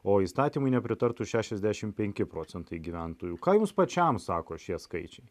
o įstatymui nepritartų šešiasdešimt penki procentai gyventojų ką jmus pačiam sako šie skaičiai